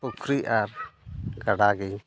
ᱯᱩᱠᱷᱨᱤ ᱟᱨ ᱜᱟᱰᱟ ᱜᱮᱧ